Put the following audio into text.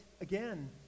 Again